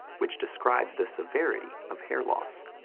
which describes the severity of hair loss.